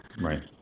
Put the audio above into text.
Right